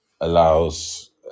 allows